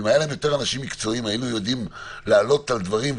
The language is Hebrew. ואם היו להם יותר אנשים מקצועיים היינו יודעים לעלות על דברים,